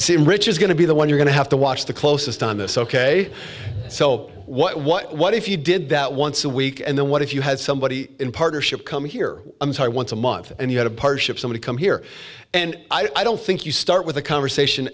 see rich is going to be the one you're going to have to watch the closest on this ok so what what what if you did that once a week and then what if you had somebody in partnership come here i'm sorry once a month and you had a partnership somebody come here and i don't think you start with a conversation